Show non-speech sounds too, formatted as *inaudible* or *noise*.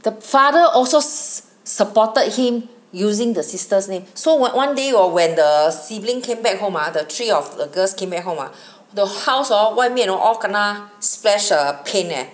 the father also s~ *breath* supported him using the sister's name so what one day hor when the sibling came back home ah the three of the girls came back home ah *breath* the house hor 外面哦 all kena splash err paint leh